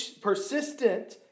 persistent